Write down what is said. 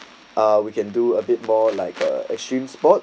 ah we can do a bit more like a extreme sport